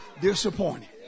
disappointed